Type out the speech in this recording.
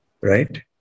right